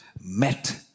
met